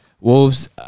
Wolves